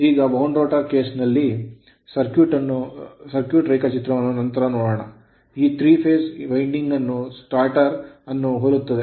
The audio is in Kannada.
ಈಗ wound rotor ಕೇಸ್ ನಲ್ಲಿ ಸರ್ಕ್ಯೂಟ್ ರೇಖಾಚಿತ್ರವನ್ನು ನಂತರ ನೋಡೋಣ 3 ಫೇಸ್ ವೈಂಡಿಂಗ್ ಅನ್ನು ಸ್ಟ್ಯಾಟರ್ ಅನ್ನು ಹೋಲುತ್ತದೆ